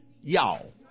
y'all